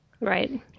Right